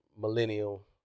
millennial